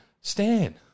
Stan